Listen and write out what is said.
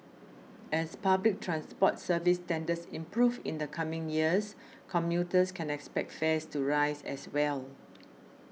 as public transport service standards improve in the coming years commuters can expect fares to rise as well